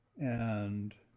and